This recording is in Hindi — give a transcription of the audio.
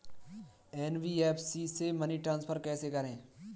एन.बी.एफ.सी से मनी ट्रांसफर कैसे करें?